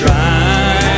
Try